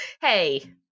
Hey